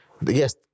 yes